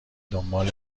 دنبال